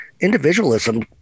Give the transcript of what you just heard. individualism